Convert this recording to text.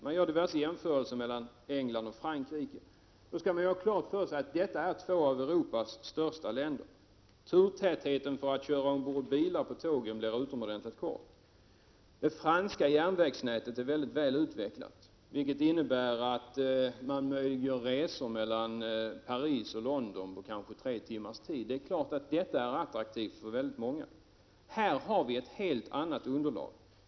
Man gör diverse jämförelser mellan England och Frankrike. Då skall man ha klart för sig att det är fråga om två av Europas största länder. Turtätheten då det gäller biltågen ökar. Det franska järnvägsnätet är mycket väl utvecklat, vilket innebär att man kan resa mellan Paris och London på kanske tre timmar. Det är klart att det är attraktivt för väldigt många. Här i Sverige har vi ett helt annat underlag.